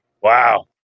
Wow